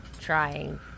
trying